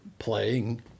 playing